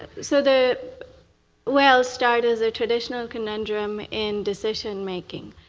so the way i'll start is a traditional conundrum in decision-making.